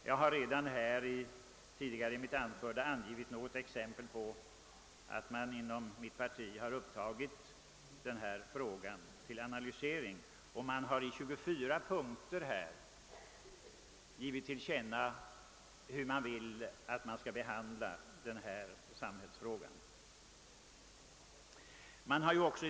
Jag har redan tidigare i mitt anförande lämnat exempel på att vi inom vårt parti tagit upp dem till analysering. Vi har i 24 punkter givit till känna hur vi vill att denna samhällsfråga skall behandlas.